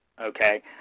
okay